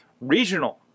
regional